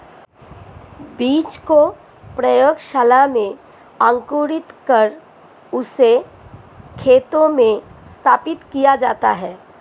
बीज को प्रयोगशाला में अंकुरित कर उससे खेतों में स्थापित किया जाता है